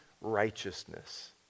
righteousness